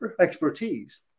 expertise